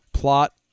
plot